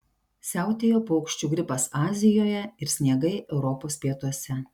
siautėjo paukščių gripas azijoje ir sniegai europos pietuose